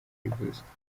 kwivuza